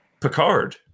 picard